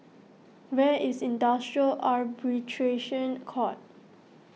where is Industrial Arbitration Court